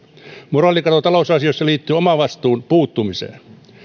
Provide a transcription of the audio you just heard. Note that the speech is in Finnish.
moraalikato talousasioissa liittyy omavastuun puuttumiseen